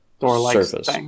surface